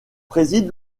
préside